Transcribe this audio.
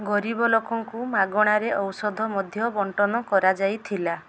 ଗରିବ ଲୋକଙ୍କୁ ମାଗଣାରେ ଔଷଧ ମଧ୍ୟ ବଣ୍ଟନ କରାଯାଇଥିଲା